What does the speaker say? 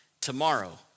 Tomorrow